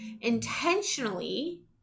intentionally